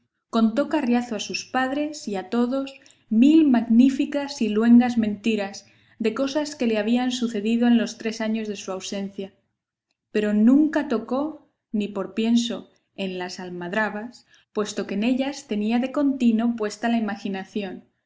estrechísima contó carriazo a sus padres y a todos mil magníficas y luengas mentiras de cosas que le habían sucedido en los tres años de su ausencia pero nunca tocó ni por pienso en las almadrabas puesto que en ellas tenía de contino puesta la imaginación